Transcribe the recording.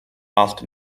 asked